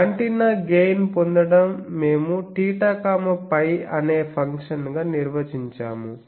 antenna gain పొందడం మేము θφ అనే ఫంక్షన్గా నిర్వచించాము